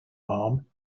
arm